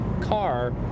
car